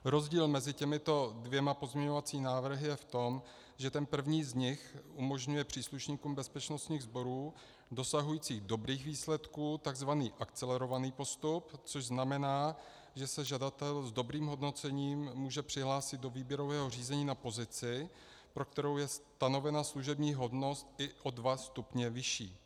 Rozdíl mezi těmito dvěma pozměňovacími návrhy je v tom, že první z nich umožňuje příslušníkům bezpečnostních sborů dosahujícím dobrých výsledků tzv. akcelerovaný postup, což znamená, že se žadatel s dobrým hodnocením může přihlásit do výběrového řízení na pozici, pro kterou je stanovena služební hodnost i o dva stupně vyšší.